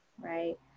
right